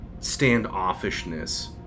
standoffishness